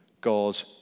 God